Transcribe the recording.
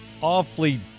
awfully